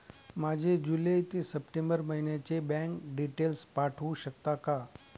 माझे जुलै ते सप्टेंबर महिन्याचे बँक डिटेल्स पाठवू शकता का?